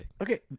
Okay